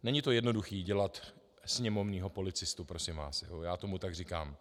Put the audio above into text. Není to jednoduché dělat sněmovního policistu, prosím vás, já tomu tak říkám.